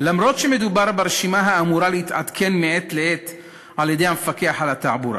אומנם מדובר ברשימה האמורה להתעדכן מעת לעת על-ידי המפקח על התעבורה